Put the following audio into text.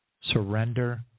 Surrender